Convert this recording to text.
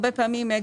הרבה פעמים נדרש,